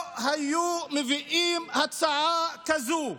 לא היו מביאים הצעה כזו.